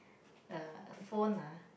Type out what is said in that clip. uh phone ah